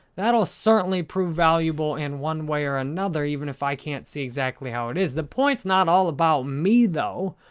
that will certainly prove valuable in one way or another even if i can't see exactly how it is. the point's not all about me, though.